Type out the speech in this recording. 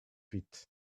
huit